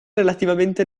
relativamente